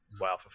WoW